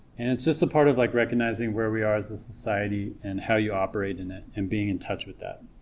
and it's just a part of like recognizing where we are as a society and how you operate in it and being in touch with that